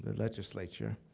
legislature,